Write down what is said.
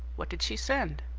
what did she send?